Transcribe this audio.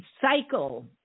cycle